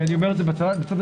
אני אומר את זה בצד המשפטי,